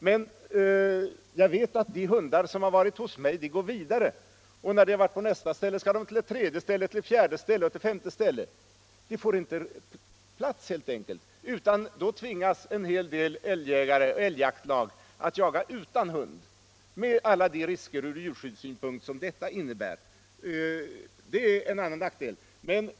Men jag vet att de hundar som varit hos mig går vidare, och när de varit på nästa ställe skall de till ett tredje, därifrån till ett fjärde ställe osv. Man får då inte plats med alla jaktlag helt enkelt, och därför tvingas en hel del älgjaktlag att jaga utan hund med alla de risker ur djurskyddssynpunkt som detta innebär. Det är en annan nackdel.